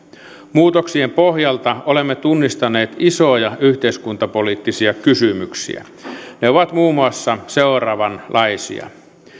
muutoksien pohjalta olemme tunnistaneet isoja yhteiskuntapoliittisia kysymyksiä ne ovat muun muassa seuraavanlaisia